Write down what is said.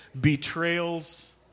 betrayals